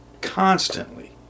constantly